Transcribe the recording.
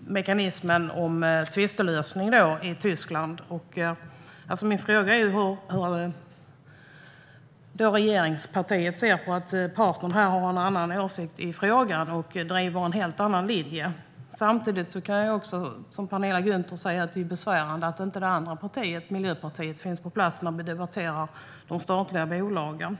mekanismen med tvistelösning i Tyskland. Min fråga är hur regeringspartiet ser på att partnern här har en annan åsikt i frågan och driver en helt annan linje. Samtidigt tycker jag, som Penilla Gunther säger, att det är besvärande att inte det andra regeringspartiet, Miljöpartiet, finns på plats när vi debatterar de statliga bolagen.